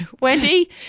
Wendy